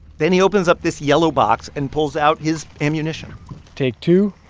then he opens up this yellow box and pulls out his ammunition take two,